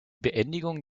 beendigung